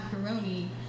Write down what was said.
macaroni